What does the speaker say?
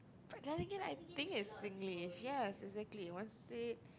then Again I think it's Singlish yes exactly once you say it